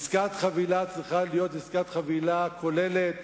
עסקת חבילה צריכה להיות עסקת חבילה כוללת: